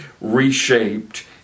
reshaped